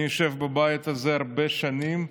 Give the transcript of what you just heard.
אני יושב בבית הזה הרבה שנים.